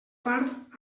part